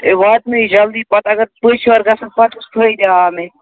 ہے واتنٲیِو جلدی پَتہٕ اگر پٔژھۍ یورٕ گژھن پَتہٕ کُس فٲیِدٕ آو مےٚ